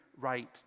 right